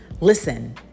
Listen